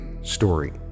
story